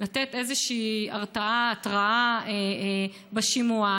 מלתת איזושהי הרתעה, התראה, בשימוע?